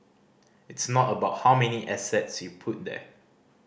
it's not about how many assets you put there